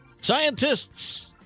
Scientists